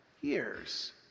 years